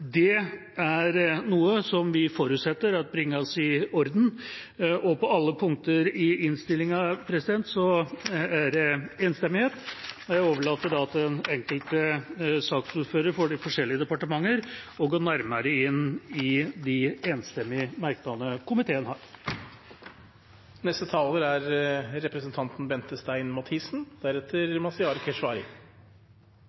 Det er noe vi forutsetter at bringes i orden. På alle punkter i innstillinga er det enstemmighet, og jeg overlater til den enkelte saksordfører for de forskjellige departementer å gå nærmere inn i de enstemmige merknadene komiteen har.